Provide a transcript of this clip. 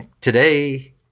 today